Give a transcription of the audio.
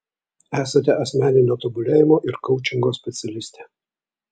esate asmeninio tobulėjimo ir koučingo specialistė